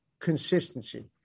consistency